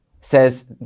says